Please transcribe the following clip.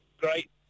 great